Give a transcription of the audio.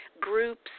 groups